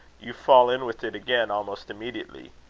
you fall in with it again almost immediately.